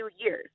years